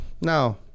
Now